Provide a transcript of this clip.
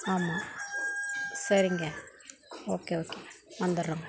ஆமாம் சரிங்க okay okay வந்துடுறோங்க